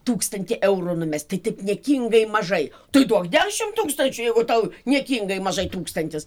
tūkstantį eurų numest tai taip niekingai mažai tai duok dešim tūkstančių jeigu tau niekingai mažai tūkstantis